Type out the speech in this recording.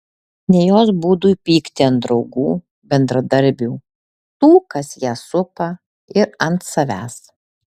ne jos būdui pykti ant draugų bendradarbių tų kas ją supa ir ant savęs